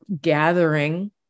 gathering